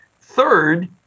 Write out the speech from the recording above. Third